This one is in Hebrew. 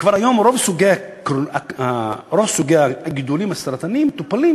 וכבר היום רוב סוגי הגידולים הסרטניים מטופלים